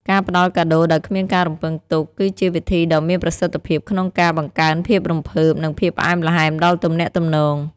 ការផ្ដល់កាដូដោយគ្មានការរំពឹងទុក គឺជាវិធីដ៏មានប្រសិទ្ធភាពក្នុងការបង្កើនភាពរំភើប និងភាពផ្អែមល្ហែមដល់ទំនាក់ទំនង។